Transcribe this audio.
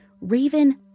Raven